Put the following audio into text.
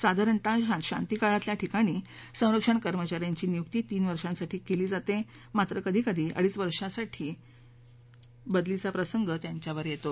साधारणतः शांतीकाळातल्या ठिकाणी संरक्षण कर्मचाऱ्यांची नियुक्ती तीन वर्षासाठी केली जाते मात्र कधी कधी अडीच वर्षातही बदलीचा प्रसंग त्यांच्यावर येतो